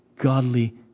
Godly